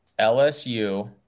LSU